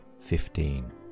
fifteen